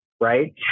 Right